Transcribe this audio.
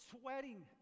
sweating